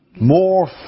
more